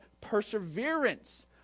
perseverance